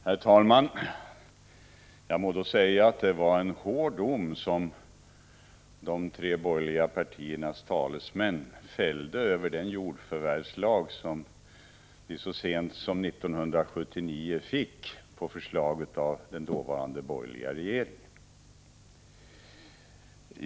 Herr talman! Jag må då säga att det var en hård dom som de tre borgerliga partiernas talesmän fällde över den jordförvärvslag som vi fick så sent som 1979, på förslag av den dåvarande borgerliga regeringen.